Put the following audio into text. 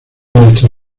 nuestra